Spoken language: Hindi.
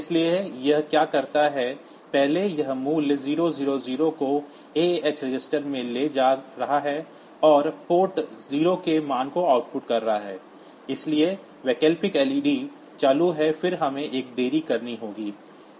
इसलिए यह क्या करता है पहले यह मूल्य 000 को aah रजिस्टर में ले जा रहा है और पोर्ट 0 के मान को आउटपुट कर रहा है इसलिए वैकल्पिक लइडी LED's चालू हैं फिर हमें एक देरी करनी होगी